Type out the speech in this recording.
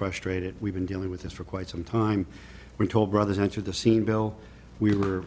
frustrated we've been dealing with this for quite some time we're told brothers entered the scene bill we were